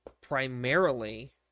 primarily